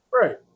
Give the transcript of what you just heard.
Right